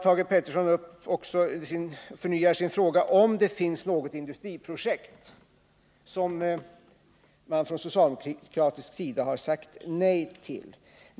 Thage Peterson tar åter upp frågan om det finns något industriprojekt som man från socialdemokratiskt håll har sagt nej till.